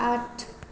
आठ